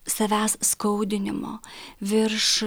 savęs skaudinimo virš